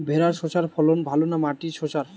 ভেরার শশার ফলন ভালো না মাটির শশার?